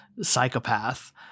psychopath